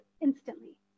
instantly